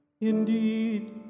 Indeed